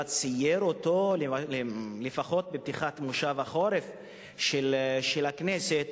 צייר אותו לפחות בפתיחת מושב החורף של הכנסת,